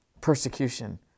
persecution